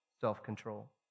Self-control